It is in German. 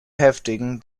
heftigen